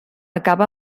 acaba